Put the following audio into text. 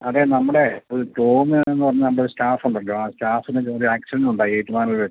അതെ നമ്മുടെ ഒരു ടോമൂന്ന് പറഞ്ഞ നമ്മുടെ സ്റ്റാഫുണ്ടല്ലോ ആ സ്റ്റാഫിന് ചെറിയ ആക്സിഡൻറ് ഉണ്ടായി ഏറ്റുമാനൂർ വെച്ച്